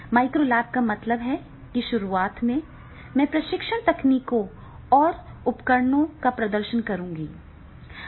micro lab का मतलब है कि शुरुआत में मैं प्रशिक्षण तकनीकों और उपकरणों का प्रदर्शन करूंगा